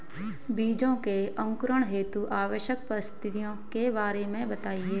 बीजों के अंकुरण हेतु आवश्यक परिस्थितियों के बारे में बताइए